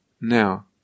Now